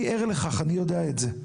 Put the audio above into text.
אני ער לכך, אני יודע את זה.